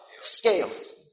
Scales